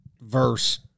verse